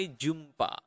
jumpa